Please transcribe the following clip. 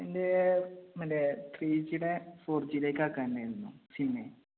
എൻ്റെ മറ്റേ ത്രീ ജിയുടെ ഫോർ ജിയിലേക്ക് ആക്കാനായിരുന്നു സിം